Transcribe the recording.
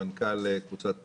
מנכ"ל קבוצת פראגון,